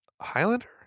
Highlander